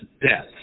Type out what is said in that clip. death